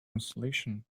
installation